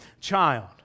child